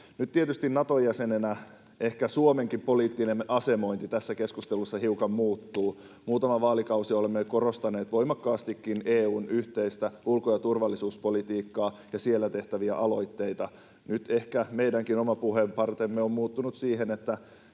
Nyt tietysti Nato-jäsenenä Suomenkin poliittinen asemointi tässä keskustelussa ehkä hiukan muuttuu. Muutaman vaalikauden olemme korostaneet voimakkaastikin EU:n yhteistä ulko- ja turvallisuuspolitiikkaa ja siellä tehtäviä aloitteita, nyt ehkä meidän omakin puheenpartemme on muuttunut siihen,